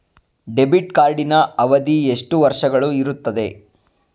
Debit ಕಾರ್ಡಿನ ಅವಧಿ ಎಷ್ಟು ವರ್ಷಗಳು ಇರುತ್ತದೆ?